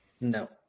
No